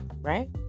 Right